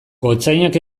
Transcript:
gotzainak